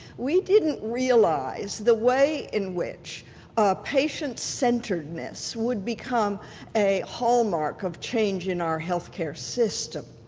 we didn't realize the way in which patient-centeredness would become a hallmark of change in our healthcare system.